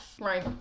right